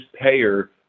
payer